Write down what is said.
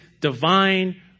divine